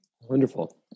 Wonderful